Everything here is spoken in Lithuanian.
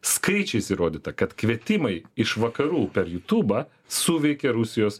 skaičiais įrodyta kad kvietimai iš vakarų per jutūbą suveikė rusijos